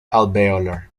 alveolar